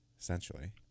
essentially